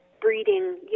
breeding